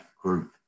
group